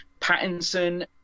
Pattinson